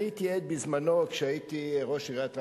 אני הייתי עד בזמנו, כשהייתי ראש עיריית רעננה,